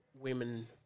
women